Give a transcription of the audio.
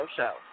Show